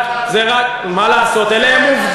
זה רק, זה רק, מה לעשות, אלה הן עובדות.